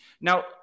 Now